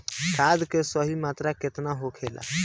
खाद्य के सही मात्रा केतना होखेला?